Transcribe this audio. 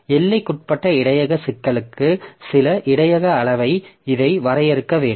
எல்லைக்குட்பட்ட இடையக சிக்கலுக்கு சில இடையக அளவையும் இதை வரையறுக்க வேண்டும்